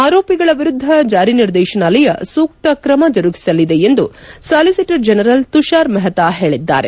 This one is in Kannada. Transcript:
ಅರೋಪಿಗಳ ವಿರುದ್ದ ಜಾರಿ ನಿರ್ದೇಶನಾಲಯ ಸೂಕ್ತ ಕ್ರಮ ಜರುಗಿಸಲಿದೆ ಎಂದು ಸಾಲಿಸಿಟರ್ ಜನರಲ್ ತುಷಾರ್ ಮಹ್ತಾ ಹೇಳಿದ್ದಾರೆ